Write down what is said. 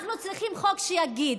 אנחנו צריכים חוק שיגיד: